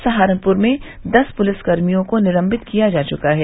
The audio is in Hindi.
सहारनपुर में दस पुलिसकर्मियों को निलंबित किया जा चुका है